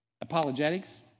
apologetics